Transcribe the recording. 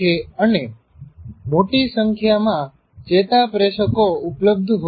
અને મોટી સંખ્યામાં ચેતાપ્રેષકો ઉપલબ્ધ હોય છે